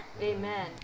amen